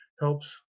helps